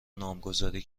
نامگذاری